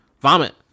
vomit